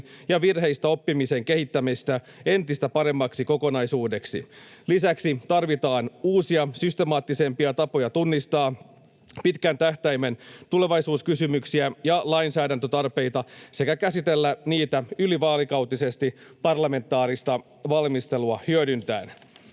ja virheistä oppimisen kehittämistä entistä paremmaksi kokonaisuudeksi. Lisäksi tarvitaan uusia systemaattisempia tapoja tunnistaa pitkän tähtäimen tulevaisuuskysymyksiä ja lainsäädäntötarpeita sekä käsitellä niitä ylivaalikautisesti parlamentaarista valmistelua hyödyntäen.